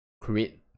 create